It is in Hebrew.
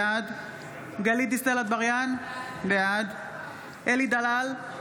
בעד גלית דיסטל אטבריאן, בעד אלי דלל,